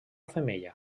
femella